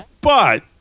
But-